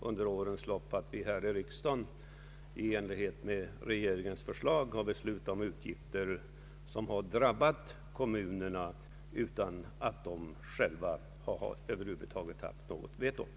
Under årens lopp har vi här i riksdagen i enlighet med regeringens förslag beslutat om utgifter som har drabbat kommunerna utan att de över huvud taget haft någon vetorätt.